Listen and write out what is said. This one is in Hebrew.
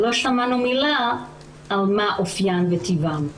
לא שמענו מילה על אופיין וטיבן.